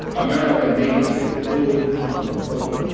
america needs a full-time president